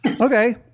Okay